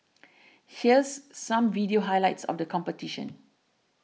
here's some video highlights of the competition